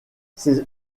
ses